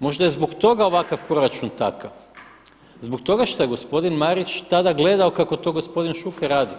Možda je zbog toga ovakav proračun takav, zbog toga što je gospodin Marić tada gledao kako to gospodin Šuker radi